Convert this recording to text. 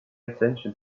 attention